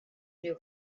new